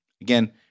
Again